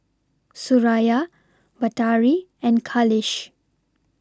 Suraya Batari and Khalish